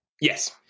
Yes